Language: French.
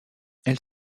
elle